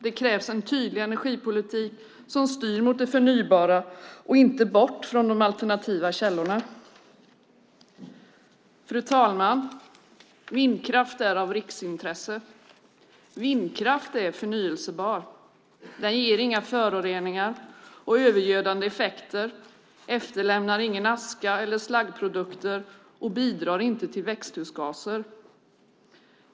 Det krävs dock en tydlig energipolitik som styr mot det förnybara och inte bort från de alternativa källorna. Fru talman! Vindkraften är av riksintresse. Vindkraften är förnybar. Den ger inga föroreningar eller övergödande effekter. Den efterlämnar ingen aska eller slaggprodukter och bidrar inte till växthusgaser.